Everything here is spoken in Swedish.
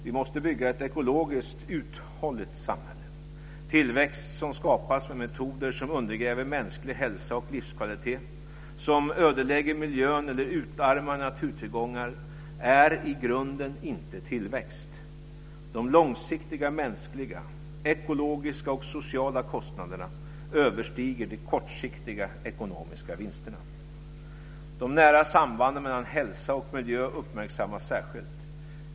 Vi måste bygga ett ekologiskt uthålligt samhälle. Tillväxt som skapas med metoder som undergräver mänsklig hälsa och livskvalitet, som ödelägger miljön eller utarmar naturtillgångar är i grunden inte tillväxt - de långsiktiga mänskliga, ekologiska och sociala kostnaderna överstiger de kortsiktigt ekonomiska vinsterna. De nära sambanden mellan hälsa och miljö uppmärksammas särskilt.